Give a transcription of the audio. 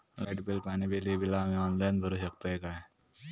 Light bill, पाणी bill, ही बिला आम्ही ऑनलाइन भरू शकतय का?